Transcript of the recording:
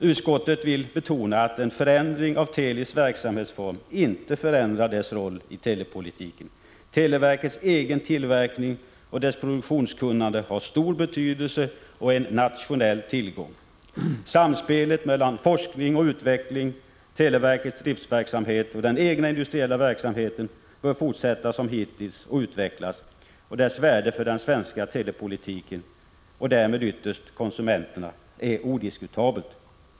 Utskottet vill betona att en förändring av Telis verksamhetsform inte förändrar dess roll i telepolitiken. Televerkets egen tillverkning och dess produktionskunnande har stor betydelse och är en nationell tillgång. Samspelet mellan forskning och utveckling, televerkets driftsverksamhet och den egna industriella verksamheten bör fortsätta som hittills och utvecklas. Dess värde för den svenska telepolitiken och därmed ytterst för konsumenterna är odiskutabelt.